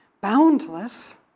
boundless